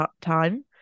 time